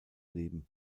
leben